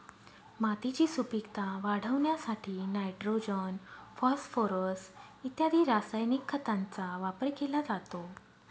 मातीची सुपीकता वाढवण्यासाठी नायट्रोजन, फॉस्फोरस इत्यादी रासायनिक खतांचा वापर केला जातो